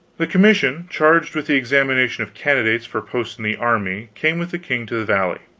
the commission charged with the examination of candidates for posts in the army came with the king to the valley,